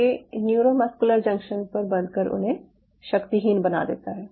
ये neuromuscular junction पर बंध कर उसे शक्तिहीन बना देता है